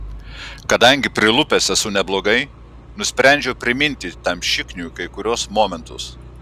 kadangi prilupęs esu neblogai nusprendžiu priminti tam šikniui kai kuriuos momentus